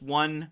one